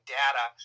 data